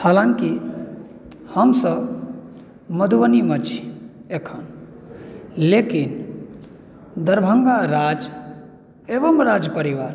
हलाँकी हमसभ मधुबनीमे छी अखन लेकिन दरभङ्गा राज एवं राजपरिवार